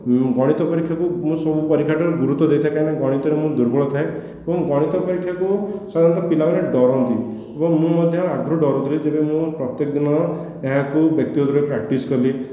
ଗଣିତ ପରୀକ୍ଷାକୁ ମୁଁ ସବୁ ପରୀକ୍ଷା ଠାରୁ ଗୁରୁତ୍ୱ ଦେଇଥାଏ କାରଣ ଗଣିତରେ ମୁଁ ଦୁର୍ବଳ ଥାଏ ଏବଂ ଗଣିତ ପରୀକ୍ଷାକୁ ସାଧାରଣତଃ ପିଲାମାନେ ଡରନ୍ତି ଏବଂ ମୁଁ ମଧ୍ୟ ଆଗରୁ ଡରୁଥିଲି ଧୀରେ ଧୀରେ ପ୍ରତ୍ୟେକ ଦିନ ଏହାକୁ ବ୍ୟକ୍ତିଗତ ଭାବେ ପ୍ରାକ୍ଟିସ କଲି